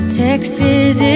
texas